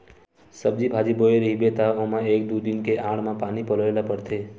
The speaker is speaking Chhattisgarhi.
सब्जी बाजी बोए रहिबे त ओमा एक दू दिन के आड़ म पानी पलोए ल परथे